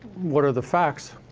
what are the facts?